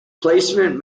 placement